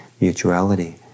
mutuality